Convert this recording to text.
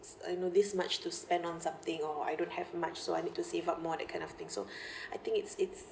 I know this much to spend on something or I don't have much so I need to save up more that kind of thing so I think it's it's